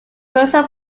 person